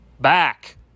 back